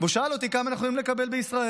והוא שאל אותי כמה אנחנו יכולים לקבל בישראל,